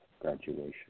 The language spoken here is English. graduation